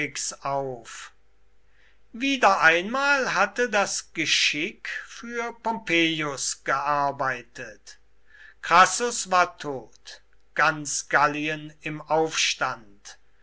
auf wieder einmal hatte das geschick für pompeius gearbeitet crassus war tot ganz gallien im aufstand